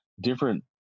Different